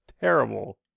terrible